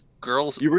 Girls